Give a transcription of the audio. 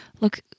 look